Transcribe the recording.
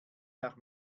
nach